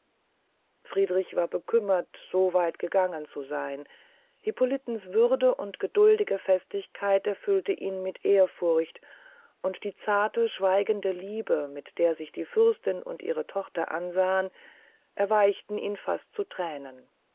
friedrich war bekümmert so weit gegangen zu seyn hippolitens würde und geduldige festigkeit erfüllten ihn mit ehrfurcht und die zarte schweigende liebe mit der sich die fürstin und ihre tochter ansahen erweichte ihn fast zu thränen